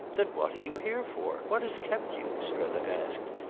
then what are you here for? what has kept you, strether asked,